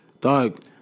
Dog